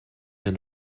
and